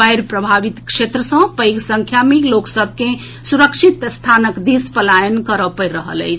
बाढ़ि प्रभावित क्षेत्र सँ पैघ संख्या मे लोक सभ के सुरक्षित स्थानक दिस पलायन करय पड़ि रहल अछि